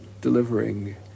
delivering